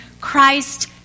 Christ